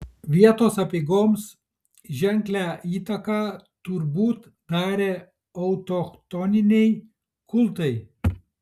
vietos apeigoms ženklią įtaką turbūt darė autochtoniniai kultai